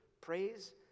praise